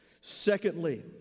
Secondly